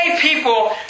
people